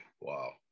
wow